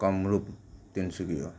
Kamrup Tinsukia